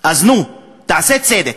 אז נו, תעשה צדק,